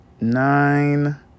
nine